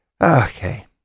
Okay